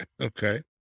Okay